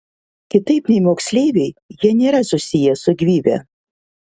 kitaip nei moksleiviai jie nėra susiję su gyvybe